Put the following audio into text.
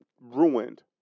ruined